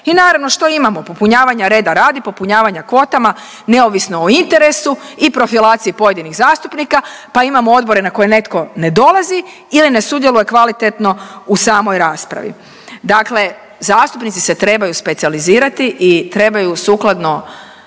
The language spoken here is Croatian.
I naravno što imamo, popunjavanja reda radi, popunjavanja kvotama, neovisno o interesu i profilaciji pojedinih zastupnika. Pa imamo odbore na koje netko ne dolazi ili ne sudjeluje kvalitetno u samoj raspravi. Dakle, zastupnici se trebaju specijalizirati i trebaju sukladno